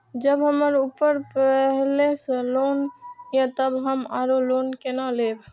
जब हमरा ऊपर पहले से लोन ये तब हम आरो लोन केना लैब?